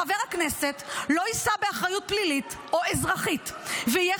חבר הכנסת לא יישא באחריות פלילית או אזרחית ויהיה